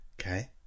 Okay